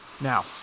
Now